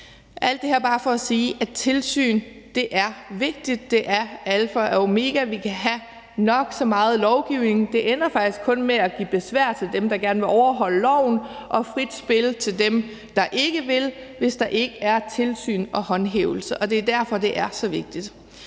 Alt det her er bare for at sige, at tilsyn er vigtigt. Det er alfa og omega. Vi kan have nok så meget lovgivning. Det ender faktisk kun med at give besvær til dem, der gerne vil overholde loven, og frit spil til dem, der ikke vil, hvis der ikke er tilsyn og håndhævelse, og det er derfor, det er så vigtigt.